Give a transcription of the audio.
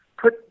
put